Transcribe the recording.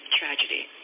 tragedy